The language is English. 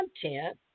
content